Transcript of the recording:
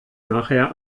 nachher